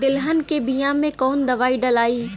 तेलहन के बिया मे कवन दवाई डलाई?